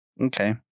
Okay